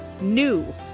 NEW